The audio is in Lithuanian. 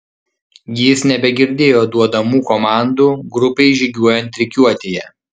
jis nebegirdėjo duodamų komandų grupei žygiuojant rikiuotėje